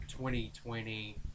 2020